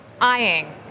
eyeing